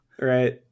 Right